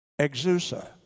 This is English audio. exusa